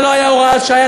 זו לא הייתה הוראת שעה,